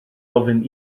ofyn